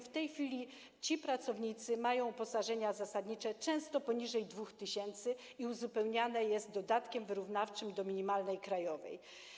W tej chwili ci pracownicy mają uposażenia zasadnicze często poniżej 2000 zł i jest to uzupełniane dodatkiem wyrównawczym do minimalnej krajowej.